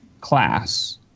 class